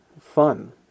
fun